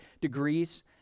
degrees